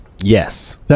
Yes